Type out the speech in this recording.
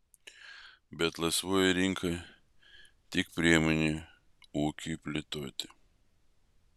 bet laisvoji rinka tik priemonė ūkiui plėtoti